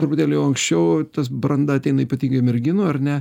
truputėlį jau anksčiau tas branda ateina ypatingai merginų ar ne